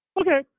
okay